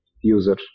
user